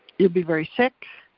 you'd be very sick